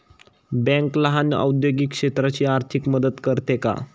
Bank लहान औद्योगिक क्षेत्राची आर्थिक मदत करते का?